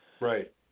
Right